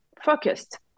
focused